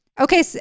okay